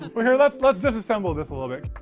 well here let's let's disassemble this a little bit.